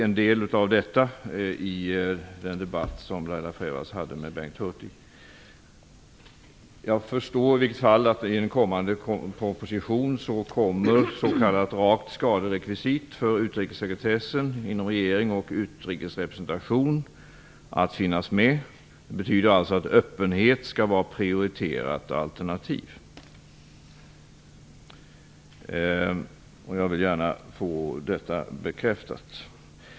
En del av detta framgick vid den frågedebatt som Laila Jag förstår i vilket fall att s.k. rakt skaderekvisit för utrikessekretessen inom regering och utrikesrepresentation kommer att finnas med i en kommande proposition. Det betyder alltså att öppenhet skall vara ett prioriterat alternativ. Jag vill gärna få detta bekräftat.